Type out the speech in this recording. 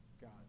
God